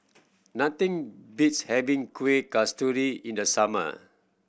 nothing beats having Kuih Kasturi in the summer